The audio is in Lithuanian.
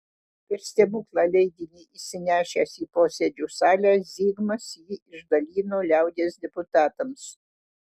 per stebuklą leidinį įsinešęs į posėdžių salę zigmas jį išdalino liaudies deputatams